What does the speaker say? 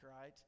right